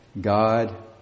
God